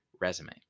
resume